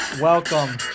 Welcome